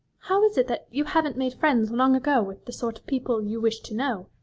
how is it that you haven't made friends long ago with the sort of people you wish to know?